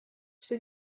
что